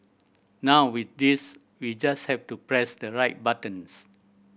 now with this we just have to press the right buttons